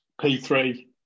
P3